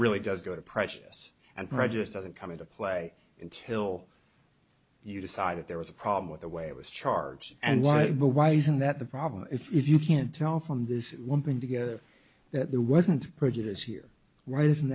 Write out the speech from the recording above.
really does go to precious and prejudiced doesn't come into play until you decided there was a problem with the way it was charged and why but why isn't that the problem if you can't tell from this woman together that there wasn't prejudice here right isn't